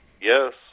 Yes